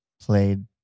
played